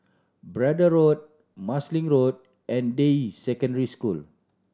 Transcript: Braddell Road Marsiling Road and Deyi Secondary School